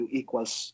equals